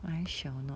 I shall not